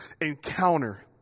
encounter